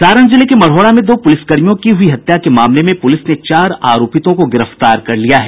सारण जिले के मढ़ौरा में दो पुलिसकर्मियों की हुई हत्या के मामले में पुलिस ने चार आरोपितों को गिरफ्तार कर लिया है